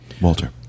walter